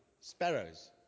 Sparrows